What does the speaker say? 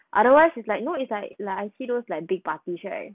otherwise it's like you know it's like I see those like big parties right